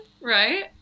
right